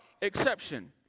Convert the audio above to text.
exception